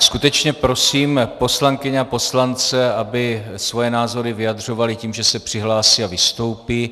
Skutečně prosím poslankyně a poslance, aby svoje názory vyjadřovali tím, že se přihlásí a vystoupí.